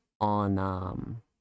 on